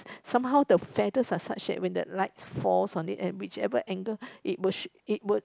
somehow the feather are such that when the light falls on it and whichever angle it will it will